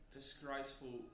disgraceful